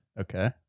Okay